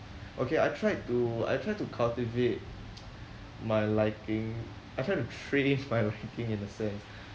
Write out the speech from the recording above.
okay I tried to I try to cultivate my liking I tried to train my liking in a sense